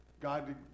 God